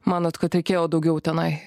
manot kad reikėjo daugiau tenai